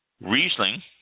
riesling